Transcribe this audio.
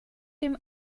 dem